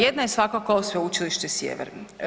Jedna je svakako Sveučilište Sjever.